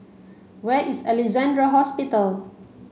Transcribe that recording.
where is Alexandra Hospital